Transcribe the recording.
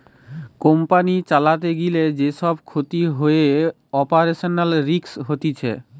company চালাতে গিলে যে সব ক্ষতি হয়ে অপারেশনাল রিস্ক হতিছে